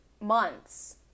months